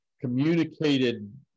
communicated